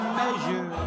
measure